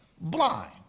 blind